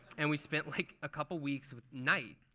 and we spent like a couple of weeks with night,